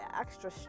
extra